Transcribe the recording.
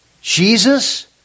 Jesus